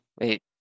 Wait